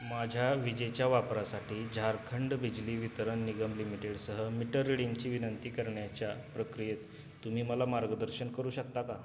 माझ्या विजेच्या वापरासाठी झारखंड बिजली वितरण निगम लिमिटेडसह मीटर रीडिंगची विनंती करण्याच्या प्रक्रियेत तुम्ही मला मार्गदर्शन करू शकता का